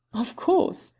of course.